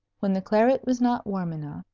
when the claret was not warm enough,